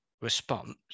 response